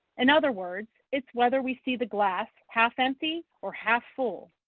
in other words, it's whether we see the glass half empty or half full.